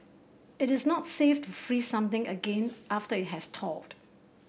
it is not safe to freeze something again after it has thawed